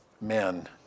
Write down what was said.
men